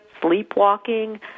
sleepwalking